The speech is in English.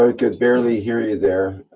i could barely hear you there,